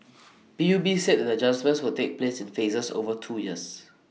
P U B said the adjustments will take place in phases over two years